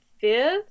fifth